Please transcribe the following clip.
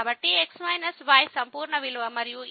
కాబట్టి x y సంపూర్ణ విలువ మరియు ఈ fయొక్క సంపూర్ణ విలువ